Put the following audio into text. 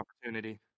opportunity